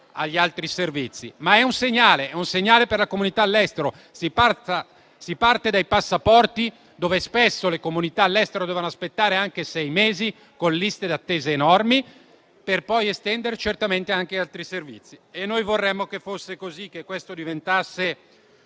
agli altri servizi. È comunque un segnale per la comunità all'estero. Si parte dai passaporti, per i quali spesso le comunità all'estero devono aspettare anche sei mesi, con liste di attesa enormi, per estendere anche ad altri servizi. Noi vorremmo che fosse così, che questo diventasse